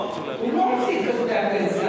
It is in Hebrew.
הוא לא הוציא את כספי הפנסיה.